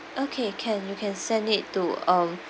okay can you can send it to um